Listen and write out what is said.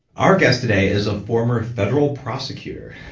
our guest today is a former federal prosecutor